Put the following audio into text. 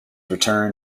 return